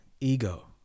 Ego